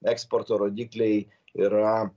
eksporto rodikliai yra